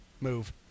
move